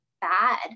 bad